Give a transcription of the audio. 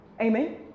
Amen